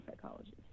psychologist